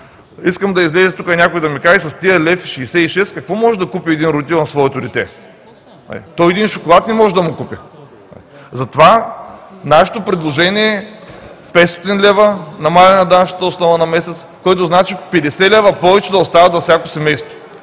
Искам да излезе тук някой и да ми каже с този 1,66 лв. какво може да купи един родител на своето дете? Той един шоколад не може да му купи! Затова нашето предложение е 500 лв. намаляване на данъчната основа на месец, което значи да остават 50 лв. повече във всяко семейство.